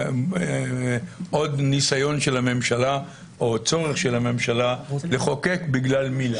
עוד צורך של הממשלה לחוקק בגלל מילה.